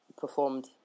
performed